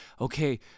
okay